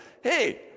hey